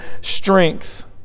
strength